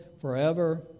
forever